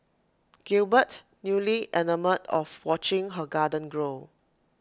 Gilbert newly enamoured of watching her garden grow